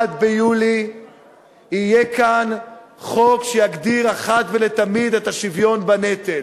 ב-31 ביולי יהיה כאן חוק שיגדיר אחת ולתמיד את השוויון בנטל.